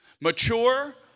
Mature